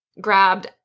grabbed